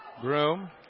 Groom